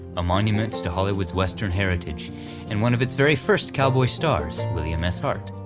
a monument to hollywood's western heritage and one of its very first cowboy stars william s hart.